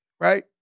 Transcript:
Right